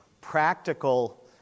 practical